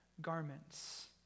garments